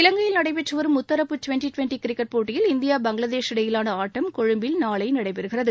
இலங்கையில் நடைபெற்றவரும் முத்தரப்பு டுவெண்டி டுவெண்டி கிரிக்கெட் போட்டியில் இந்தியா பங்களாதேஷ் இடையிலாள ஆட்டம் கொழும்பில் நாளை நடைபெறுகிறது